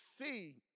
see